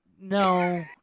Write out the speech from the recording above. No